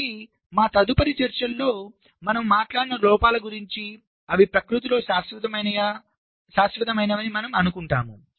కాబట్టి మా తదుపరి చర్చలలో మనము మాట్లాడిన లోపాల గురించి అవి ప్రకృతిలో శాశ్వతమైనవని మనము అనుకుంటాము